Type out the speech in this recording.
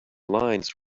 lines